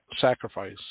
sacrifice